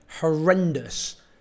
horrendous